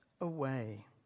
away